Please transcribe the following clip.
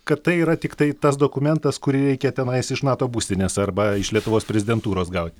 kad tai yra tiktai tas dokumentas kurį reikia tenais iš nato būstinės arba iš lietuvos prezidentūros gauti